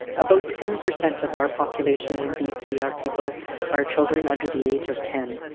about ten per cent of our population in bc are people are children under the age of ten.